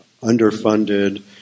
underfunded